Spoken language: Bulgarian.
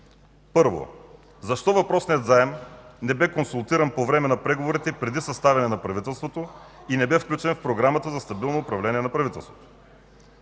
Първо, защо въпросният заем не бе консултиран по време на преговорите преди съставяне на правителството и не бе включен в Програмата за стабилно управление на правителството?